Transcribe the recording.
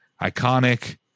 iconic